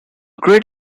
great